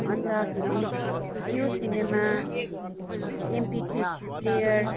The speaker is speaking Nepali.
अन्तखेरि Jio cinema MP three play player